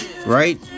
Right